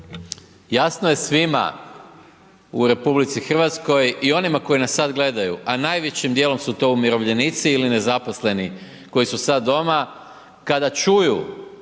Jasno je svima u RH i onima koji nas sad gledaju a najvećim djelom su to umirovljenici ili nezaposleni koji su sad doma, kada čuju g.